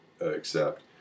accept